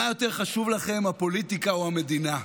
מה יותר חשוב לכם, הפוליטיקה או המדינה?